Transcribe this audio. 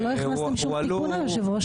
אבל לא הכנסתם שום תיקון, היושב-ראש.